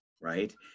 right